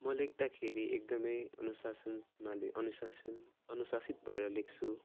म लेख्दाखेरि एकदम अनुशासनमा ले अनुशासन अनुशासित भएर लेख्छु